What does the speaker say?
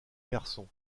garçon